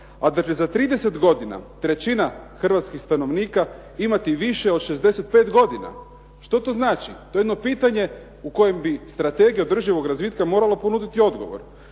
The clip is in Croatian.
a da će za 30 godina trećina hrvatskih stanovnika imati više od 65 godina. Što to znači? To je jedno pitanje u kojem bi Strategija održivog razvitka morala ponuditi odgovor.